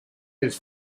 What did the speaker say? his